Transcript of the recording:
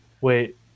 Wait